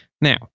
Now